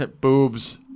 boobs